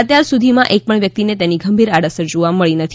અત્યાર સુધીમાં એક પણ વ્યક્તિને તેની ગંભીર આડ અસર જોવા મળી નથી